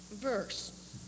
verse